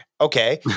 Okay